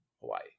Hawaii